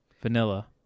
Vanilla